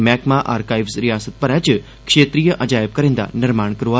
मैहकमा आरकाइव्ज़ रयासत भरै च क्षेत्रीय अजायब घरें दा निर्माण करोग